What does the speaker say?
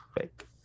fake